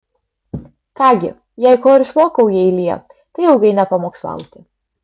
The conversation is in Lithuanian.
ką gi jei ko ir išmokau jeilyje tai ilgai nepamokslauti